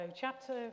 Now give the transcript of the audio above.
chapter